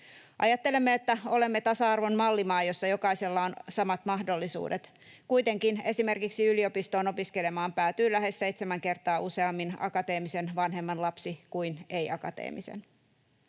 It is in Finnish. Ajattelemme, että olemme tasa-arvon mallimaa, jossa jokaisella on samat mahdollisuudet. Kuitenkin esimerkiksi yliopistoon opiskelemaan päätyy lähes seitsemän kertaa useammin akateemisen vanhemman lapsi kuin ei-akateemisen.